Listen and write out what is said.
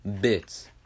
bits